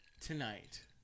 Tonight